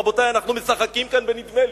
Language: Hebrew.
רבותי, אנחנו משחקים כאן בנדמה לי.